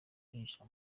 kwinjira